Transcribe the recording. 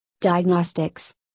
Diagnostics